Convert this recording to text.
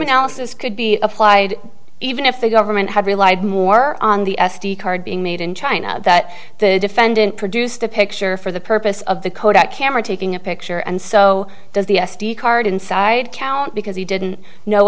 analysis could be applied even if the government had relied more on the s d card being made in china that the defendant produced a picture for the purpose of the kodak camera taking a picture and so does the s d card inside count because he didn't know